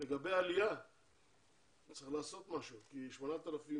לגבי עלייה, צריך לעשות משהו, כי 8,400